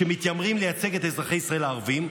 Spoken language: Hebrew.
שמתיימרים לייצג את אזרחי ישראל הערבים.